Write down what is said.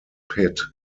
pit